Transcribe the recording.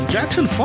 Jackson